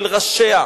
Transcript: של ראשיה,